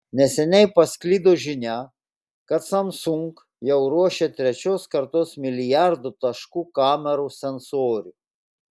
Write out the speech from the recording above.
neseniai pasklido žinia kad samsung jau ruošia trečios kartos milijardo taškų kamerų sensorių